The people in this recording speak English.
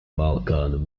balkan